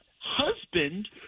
husband